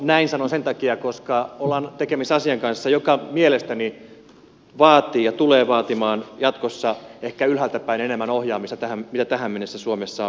näin sanon sen takia koska ollaan tekemisissä asian kanssa joka mielestäni vaatii ja tulee vaatimaan jatkossa ylhäältäpäin ehkä enemmän ohjaamista kuin tähän mennessä suomessa on harrastettu